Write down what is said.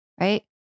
Right